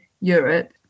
Europe